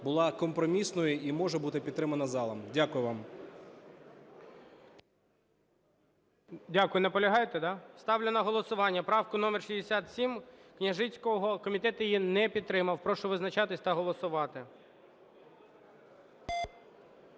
була компромісною і може бути підтримана залом. Дякую вам.